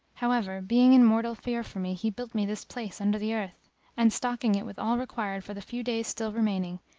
however, being in mortal fear for me, he built me this place under the earth and, stocking it with all required for the few days still remaining,